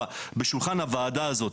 בשולחן הוועדה הזאת,